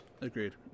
Agreed